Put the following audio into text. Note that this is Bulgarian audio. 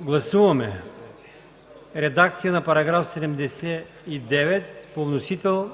Гласуваме редакция на § 79 по вносител,